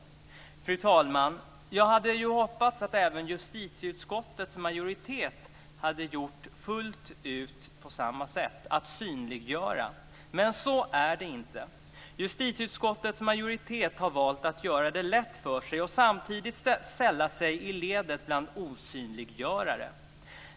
Fru talman! Jag hade ju hoppats att även justitieutskottets majoritet hade gjort fullt ut på samma sätt och synliggjort. Men så är det inte. Justitieutskottets majoritet har valt att göra det lätt för sig och samtidigt sälla sig till skaran av osynliggörare.